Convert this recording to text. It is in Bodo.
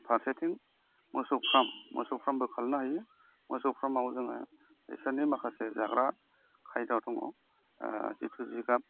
फारसेथिं मोसौ फार्म मोसौ फार्मबो खालामनो हायो मोसौ फार्माव जोङो बिसोरनि माखासे जाग्रा खायद' दङ आरो जिथु जिगाब